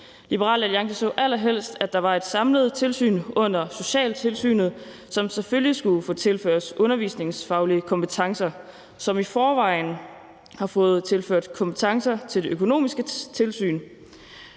Liberal Alliance så allerhelst, at der var et samlet tilsyn under socialtilsynet, som selvfølgelig skulle få tilført undervisningsfaglige kompetencer. De har i forvejen fået tilført kompetencer til det økonomiske tilsyn.